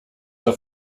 zur